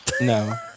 No